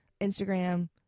Instagram